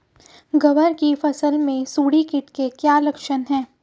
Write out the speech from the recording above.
ग्वार की फसल में सुंडी कीट के क्या लक्षण है?